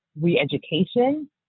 re-education